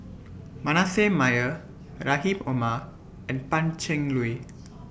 Manasseh Meyer Rahim Omar and Pan Cheng Lui